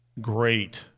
great